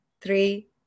three